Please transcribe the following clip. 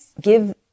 give